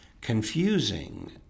confusing